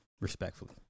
Respectfully